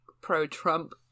pro-Trump